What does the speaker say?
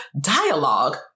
dialogue